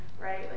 right